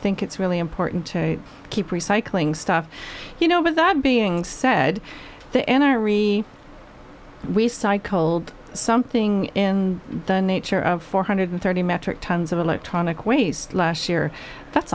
think it's really important to keep recycling stuff you know but that being said the enery we cycled something in the nature of four hundred thirty metric tons of electronic waste last year that's